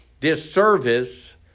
disservice